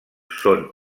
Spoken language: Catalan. són